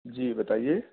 جی بتائیے